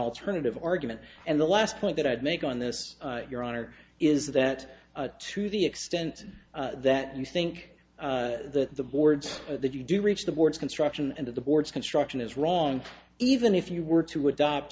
alternative argument and the last point that i'd make on this your honor is that to the extent that you think that the boards that you do reach the boards construction and of the boards construction is wrong even if you were to adopt